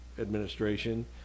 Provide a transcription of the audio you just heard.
administration